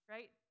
Right